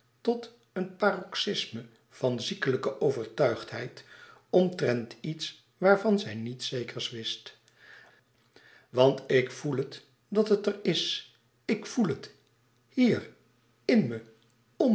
tot een paroxisme van ziekelijke overtuigdheid omtrent iets waarvan zij niets zekers wist want ik voel het dat het er is ik voel het hier in me